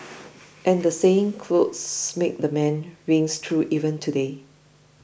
and the saying clothes make the man rings true even today